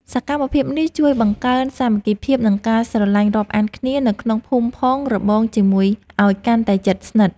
សកម្មភាពនេះជួយបង្កើនសាមគ្គីភាព និងការស្រឡាញ់រាប់អានគ្នានៅក្នុងភូមិផងរបងជាមួយឱ្យកាន់តែជិតស្និទ្ធ។